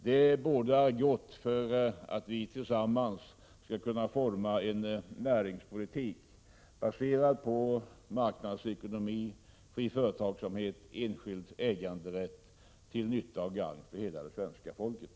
Det bådar gott för att vi tillsammans skall kunna forma en näringspolitik baserad på marknadsekonomi, fri företagsamhet och enskild äganderätt till nytta och gagn för hela det svenska folket.